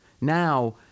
Now